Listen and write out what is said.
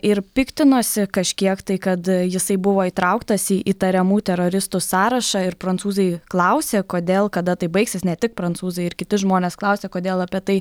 ir piktinosi kažkiek tai kad jisai buvo įtrauktas į įtariamų teroristų sąrašą ir prancūzai klausė kodėl kada tai baigsis ne tik prancūzai ir kiti žmonės klausė kodėl apie tai